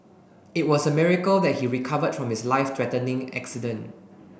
it was a miracle that he recovered from his life threatening accident